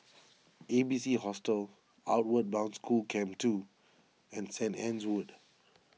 A B C Hostel Outward Bound School Camp two and St Anne's Wood